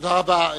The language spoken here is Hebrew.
תודה רבה.